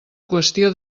qüestió